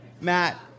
Matt